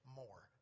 more